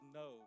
no